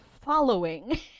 following